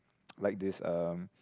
like this um